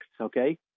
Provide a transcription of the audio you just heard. okay